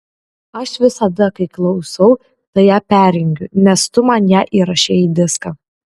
aš visada kai klausau tai ją perjungiu nes tu man ją įrašei į diską